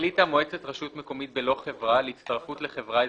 "(ד1)החליטה מועצת רשות מקומית בלא חברה על הצטרפות לחברה אזורית,